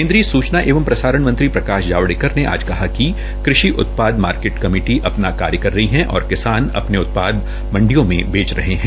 केन्द्रीय सूचना एवं प्रसारण मंत्री प्रकाश जावड़ेकर ने आज कहा है कि कृषि उत्पाद मार्केट कमेटी अपना कार्य कर रही है और किसान अपने उत्पाद मंडियों में बेच रहे है